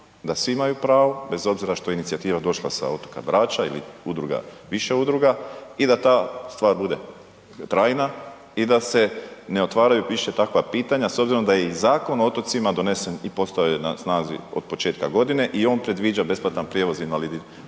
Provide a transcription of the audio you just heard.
da svi imaju pravo bez obzira što je inicijativa došla sa otoka Brača i više udruga i da ta stvar bude trajna i da se ne otvaraju više takva pitanja s obzirom da je i Zakon o otocima donesen i postao je na snazi od početka godine i on predviđa besplatan prijevoz osobama